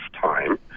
time